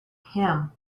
him